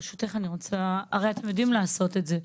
ברשותך, אני רוצה: הרי אתם יודעים לעשות את זה.